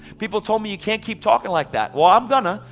people told me, you can't keep talking like that. well i'm gonna.